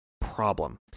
problem